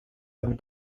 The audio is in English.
and